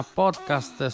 podcast